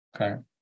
Okay